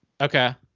Okay